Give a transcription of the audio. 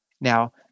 Now